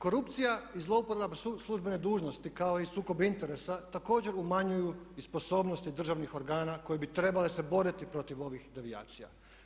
Korupcija i zlouporaba službene dužnosti kao i sukob interesa također umanjuju i sposobnosti državnih organa koje bi trebale se boriti protiv ovih devijacija.